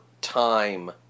time